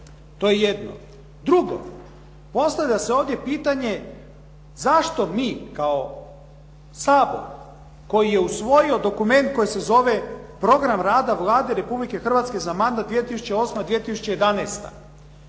To je jedno. Drugo, postavlja se ovdje pitanje zašto mi kao Sabor koji je usvojio dokument koji se zove Program rada Vlade Republike Hrvatske za mandat 2008.-2011.